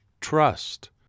trust